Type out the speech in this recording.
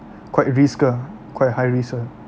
quite risk ah quite high risk ah